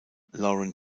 lauren